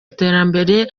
iterambere